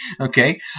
okay